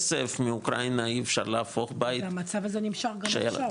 מאוקראינה אי אפשר להפוך בית --- המצב הזה נמשך גם עכשיו.